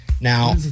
Now